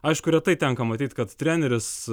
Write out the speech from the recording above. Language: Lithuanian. aišku retai tenka matyt kad treneris